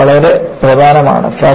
അത് വളരെ പ്രധാനമാണ്